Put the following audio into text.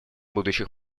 будущих